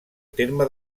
terme